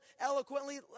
eloquently